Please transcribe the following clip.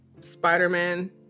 Spider-Man